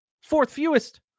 Fourth-fewest